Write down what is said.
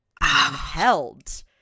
held